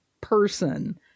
person